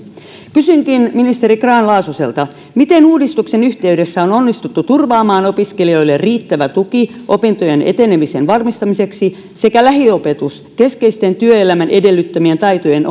kysynkin ministeri grahn laasoselta miten uudistuksen yhteydessä on onnistuttu turvaamaan opiskelijoille riittävä tuki opintojen etenemisen varmistamiseksi sekä lähiopetus keskeisten työelämän edellyttämien taitojen